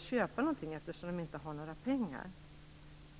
köpa något eftersom de inte har några pengar.